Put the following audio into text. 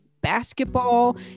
basketball